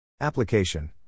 Application